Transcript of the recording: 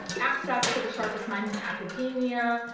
access to the sharpest minds in academia,